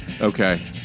Okay